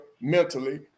mentally